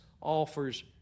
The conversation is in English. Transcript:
offers